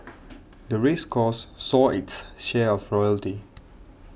the race course saw its share of royalty